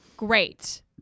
great